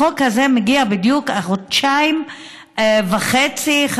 החוק הזה מגיע חודשיים וחצי בדיוק,